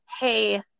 hey